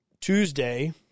Tuesday